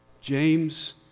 James